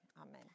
Amen